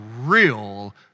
real